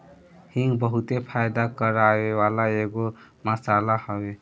हिंग बहुते फायदा करेवाला एगो मसाला हवे